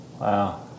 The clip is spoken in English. Wow